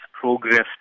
progressed